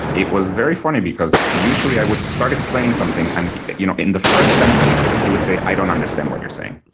it was very funny because usually i would start explaining something, and you know in the first sentence he would say, i don't understand what you're saying.